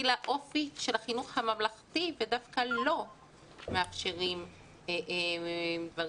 לאופי של החינוך הממלכתי ודווקא לא מאפשרים דברים,